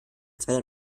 zweiter